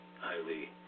highly